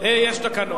יש תקנון.